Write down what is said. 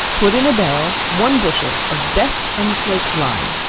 put in a barrel, one bushel of best unslaked lime,